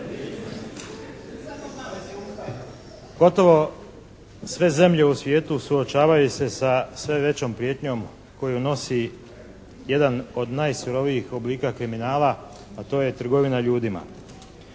Gotovo sve zemlje u svijetu suočavaju se sa sve većom prijetnjom koju nosi jedan od najsirovijih oblika kriminala, a to je trgovina ljudima.